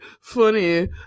funny